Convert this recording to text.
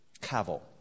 Cavil